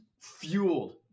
fueled